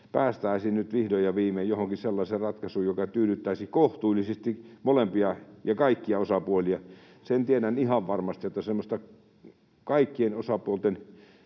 päästäisiin nyt vihdoin ja viimein johonkin sellaiseen ratkaisuun, joka tyydyttäisi kohtuullisesti molempia ja kaikkia osapuolia. Sen tiedän ihan varmasti, että semmoinen kaikkien osapuolten